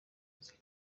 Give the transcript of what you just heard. muzika